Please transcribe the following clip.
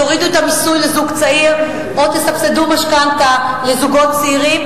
תורידו את המיסוי לזוג צעיר או תסבסדו משכנתה לזוגות צעירים,